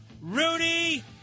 Rudy